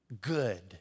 good